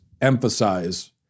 emphasize